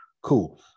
cool